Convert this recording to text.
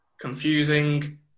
confusing